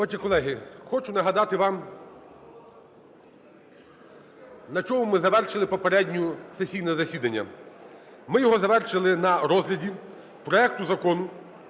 Отже, колеги, хочу нагадати вам, на чому ми завершили попереднє сесійне засідання. Ми його завершили на розгляді проекту Закону